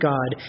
God